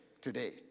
today